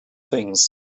things